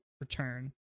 return